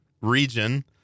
region